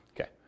Okay